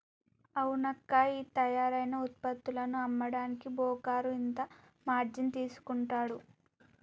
అవునక్కా ఈ తయారైన ఉత్పత్తులను అమ్మడానికి బోకరు ఇంత మార్జిన్ తీసుకుంటాడు